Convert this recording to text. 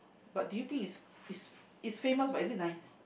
but do you think is it's is famous but is it nice